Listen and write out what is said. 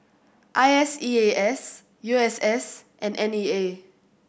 I S E A S U S S and N E A